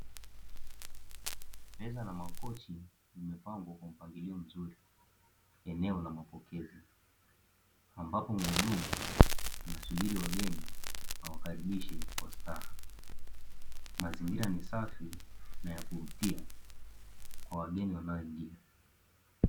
Meza na makochi yamepangwa kwa mpangilio mzuri eneo la mapokezi, ambapo muhudumu anasubiri wageni awakaribishe kwa staha mazingira ni safi na yakuvutia kwa wageni wanao ingia.